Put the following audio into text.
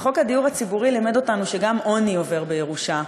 וחוק הדיור הציבורי לימד אותנו שגם עוני עובר בירושה,